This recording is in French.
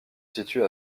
situe